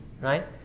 Right